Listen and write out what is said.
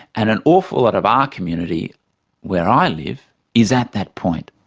and an awful lot of our community where i live is at that point.